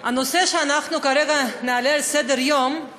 הנושא שאנחנו כרגע נעלה על סדר-היום הוא